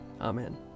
Amen